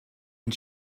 and